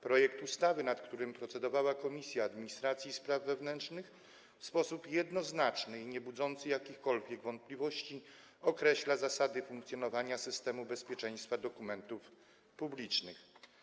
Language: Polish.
Projekt ustawy, nad którym procedowała Komisja Administracji i Spraw Wewnętrznych, w sposób jednoznaczny i niebudzący jakichkolwiek wątpliwości określa zasady funkcjonowania systemu bezpieczeństwa dokumentów publicznych.